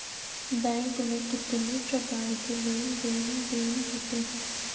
Bank में कितनी प्रकार के लेन देन देन होते हैं?